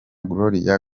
gloria